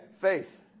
faith